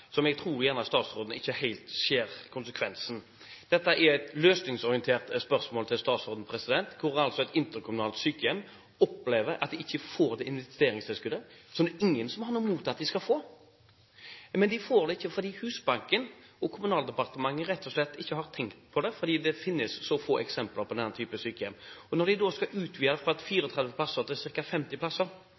som jeg tror statsråden gjerne ikke helt ser konsekvensen av. Dette er et løsningsorientert spørsmål til statsråden hvor altså et interkommunalt sykehjem opplever at de ikke får det investeringstilskuddet som ingen har noe imot at de skal få. Men de får det ikke fordi Husbanken og Kommunaldepartementet rett og slett ikke har tenkt på det, fordi det finnes så få eksempler på denne type sykehjem. Når de da skal utvide fra 34 plasser til ca. 50 plasser,